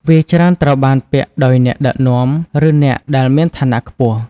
វាច្រើនត្រូវបានពាក់ដោយអ្នកដឹកនាំ ឬអ្នកដែលមានឋានៈខ្ពស់។